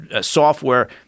software